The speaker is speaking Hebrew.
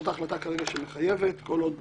זאת ההחלטה שמחייבת כרגע כל עוד